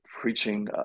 preaching